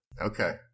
okay